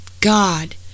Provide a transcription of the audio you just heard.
God